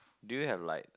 do you have like